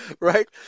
right